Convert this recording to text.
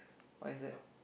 what is that